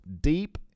deep